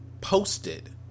posted